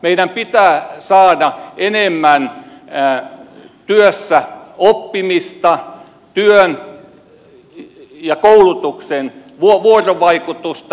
meidän pitää saada enemmän työssäoppimista työn ja koulutuksen vuorovaikutusta